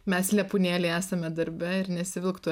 mes lepūnėliai esame darbe ir nesivilkt tų